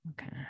Okay